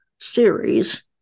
series